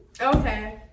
Okay